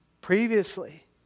Previously